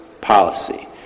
policy